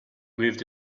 moved